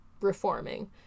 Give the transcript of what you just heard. reforming